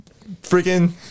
freaking